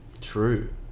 true